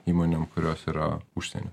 įmonėm kurios yra užsienio